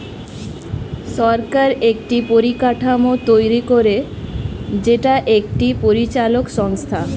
সরকার একটি পরিকাঠামো তৈরী করে যেটা একটি পরিচালক সংস্থা